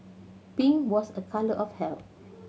pink was a colour of health